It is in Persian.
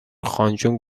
خانجون